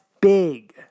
big